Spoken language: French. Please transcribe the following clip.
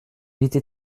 était